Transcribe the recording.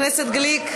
חבר הכנסת גליק,